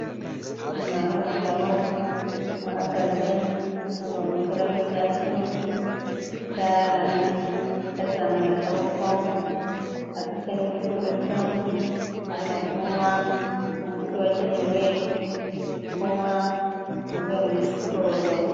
Ahantu hari umugabo uhagaze, yambaye umupira w'icyatsi, yararamye, yazamuye akaboko afite n'igikurutu arimo kunywa, umuti wagenewe, kunywa uvuye muri siporo.